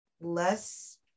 less